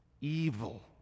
evil